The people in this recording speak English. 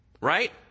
Right